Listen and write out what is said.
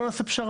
בואו נעשה פשרה,